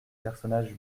personnage